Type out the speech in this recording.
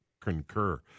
concur